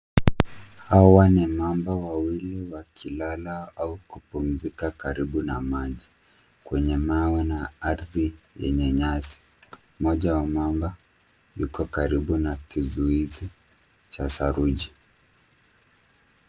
Hawa ni mamba wawili wakilala au kupumzika karibu na maji. Kwenye mawe na ardhi yenye nyasi. Mmoja wa mamba yuko karibu na kizuizi cha saruji.